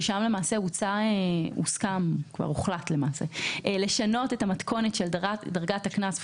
שם הוסכם והוחלט לשנות את המתכונת של דרגת הקנס,